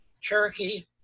Cherokee